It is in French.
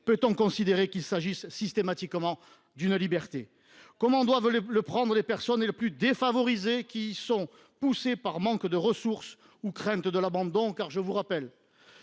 peut on considérer qu’il s’agit systématiquement d’une liberté ? Comment doivent le prendre les personnes les plus défavorisées qui y sont poussées par manque de ressources ou par crainte de l’abandon ?